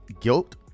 guilt